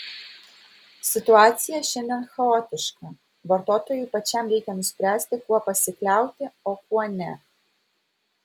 situacija šiandien chaotiška vartotojui pačiam reikia nuspręsti kuo pasikliauti o kuo ne